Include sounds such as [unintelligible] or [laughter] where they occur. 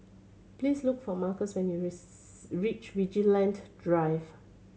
please look for Marques when you [unintelligible] reach Vigilante Drive